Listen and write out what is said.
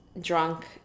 drunk